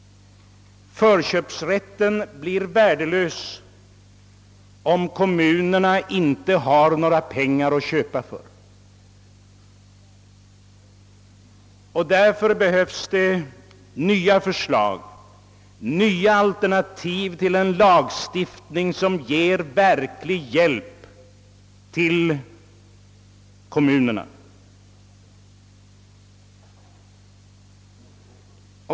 Förköpsrätten blir värdelös om kommunerna inte har några pengar att köpa för. Det behövs därför nya förslag, nya alternativ till en Jagstiftning som ger verklig hjälp till kom munerna.